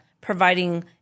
providing